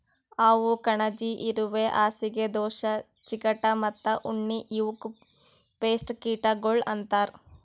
ಹಾವು, ಕಣಜಿ, ಇರುವೆ, ಹಾಸಿಗೆ ದೋಷ, ಚಿಗಟ ಮತ್ತ ಉಣ್ಣಿ ಇವುಕ್ ಪೇಸ್ಟ್ ಕೀಟಗೊಳ್ ಅಂತರ್